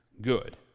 good